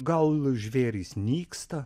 gal žvėrys nyksta